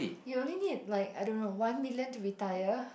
you only need like I don't know one million to retire